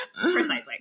precisely